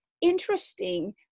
interesting